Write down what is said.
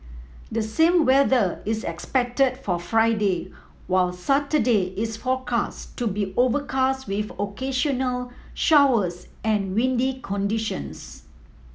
the same weather is expected for Friday while Saturday is forecast to be overcast with occasional showers and windy conditions